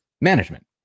management